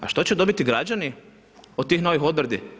A što će dobiti građani od tih novih odredbi?